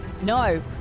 no